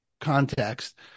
context